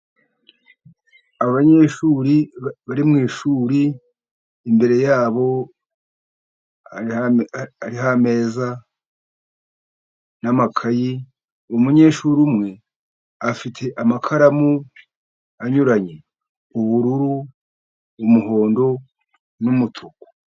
Abanyeshuri bari mwishuri, imbere ya bo hariho ameza n'amakayi, umunyeshuri umwe afite amakaramu anyuranye, ubururu, umuhondo n'umutuku.